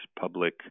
public